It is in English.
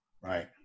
Right